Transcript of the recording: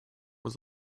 was